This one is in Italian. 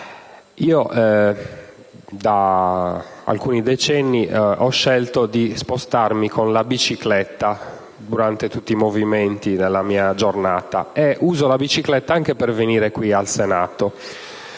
Da alcuni decenni ho scelto di spostarmi con la bicicletta per tutti i movimenti della giornata, e uso la bicicletta anche per venire in Senato.